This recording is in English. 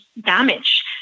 damage